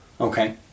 Okay